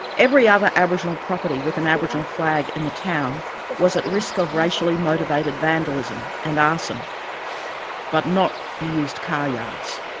every other aboriginal property with an aboriginal flag in the town was at risk of racially motivated vandalism and arson but not the used car yards.